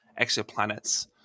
exoplanets